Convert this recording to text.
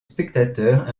spectateurs